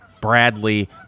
Bradley